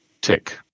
Tick